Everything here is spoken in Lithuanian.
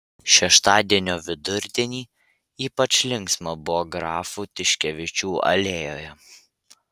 šeštadienio vidurdienį ypač linksma buvo grafų tiškevičių alėjoje